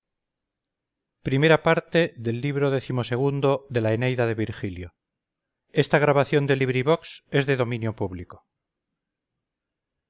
viii libro ix libro